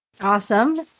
Awesome